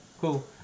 cool